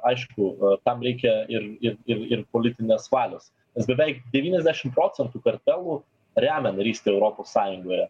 aišku tam reikia ir ir ir ir politinės valios nes beveik devyniasdešim procentų kartvelų remia narystę europos sąjungoje